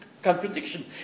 Contradiction